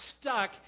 stuck